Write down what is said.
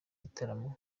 gitaramo